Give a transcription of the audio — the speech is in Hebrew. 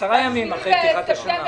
עשרה ימים אחרי פתיחת השנה.